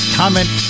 comment